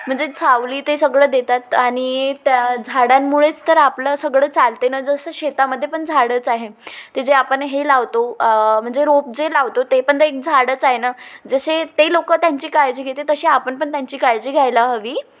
म्हणजे सावली ते सगळं देतात आणि त्या झाडांमुळेच तर आपलं सगळं चालते ना जसं शेतामध्ये पण झाडंच आहे ते जे आपण हे लावतो म्हणजे रोप जे लावतो ते पण तर एक झाडंच आहे ना जसे ते लोक त्यांची काळजी घेते तशी आपण पण त्यांची काळजी घ्यायला हवी